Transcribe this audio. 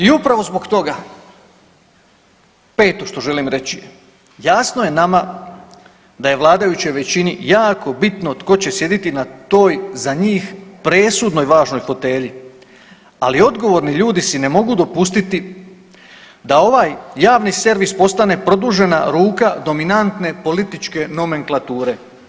I upravo zbog toga, peto što želim reći jasno je nama da je vladajućoj većini jako bitno tko će sjediti na toj za njih presudnoj važnoj fotelji, ali odgovorni ljudi si ne mogu dopustiti da ovaj javni servis postane produžena ruka dominantne političke nomenklature.